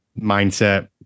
mindset